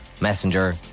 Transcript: Messenger